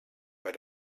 bei